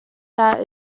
that